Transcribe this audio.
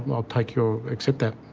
um i'll take your. accept that.